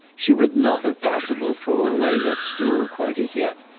she would not if possible throw away that stool quite as yet,